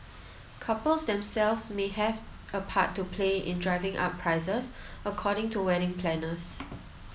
couples themselves may have a part to play in driving up prices according to wedding planners